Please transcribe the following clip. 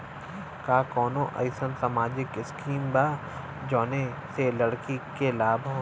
का कौनौ अईसन सामाजिक स्किम बा जौने से लड़की के लाभ हो?